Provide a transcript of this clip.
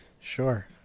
Sure